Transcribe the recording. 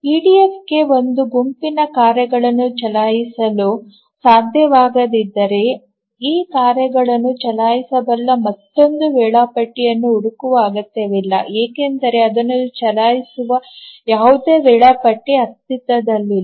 ಇಡಿಎಫ್ಗೆ ಒಂದು ಗುಂಪಿನ ಕಾರ್ಯಗಳನ್ನು ಚಲಾಯಿಸಲು ಸಾಧ್ಯವಾಗದಿದ್ದರೆ ಈ ಕಾರ್ಯಗಳನ್ನು ಚಲಾಯಿಸಬಲ್ಲ ಮತ್ತೊಂದು ವೇಳಾಪಟ್ಟಿಯನ್ನು ಹುಡುಕುವ ಅಗತ್ಯವಿಲ್ಲ ಏಕೆಂದರೆ ಅದನ್ನು ಚಲಾಯಿಸುವ ಯಾವುದೇ ವೇಳಾಪಟ್ಟಿ ಅಸ್ತಿತ್ವದಲ್ಲಿಲ್ಲ